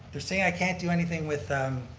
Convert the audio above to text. they're saying i can't do anything with